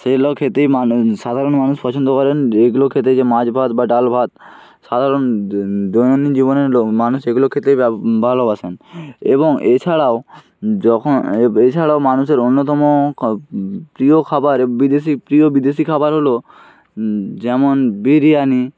সেগুলো খেতেই মানুষ সাধারণ মানুষ পছন্দ করেন এগুলো খেতে যে মাছ ভাত বা ডাল ভাত সাধারণ দৈনন্দিন জীবনের মানুষ এগুলো খেতে ভালোবাসেন এবং এছাড়াও যখন এ এছাড়াও মানুষের অন্যতম প্রিয় খাবার বিদেশি প্রিয় বিদেশি খাবার হল যেমন বিরিয়ানি